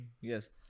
Yes